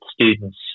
students